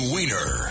Wiener